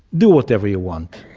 do whatever you want.